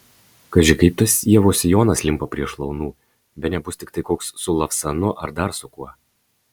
kaži kaip tas ievos sijonas limpa prie šlaunų bene bus tiktai koks su lavsanu ar dar su kuo